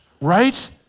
Right